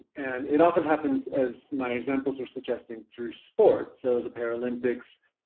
and it often happens as my examples were suggesting through sports, so the paralympics,